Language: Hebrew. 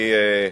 אני,